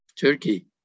Turkey